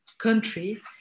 country